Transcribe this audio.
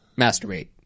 Masturbate